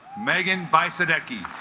megan by sadecki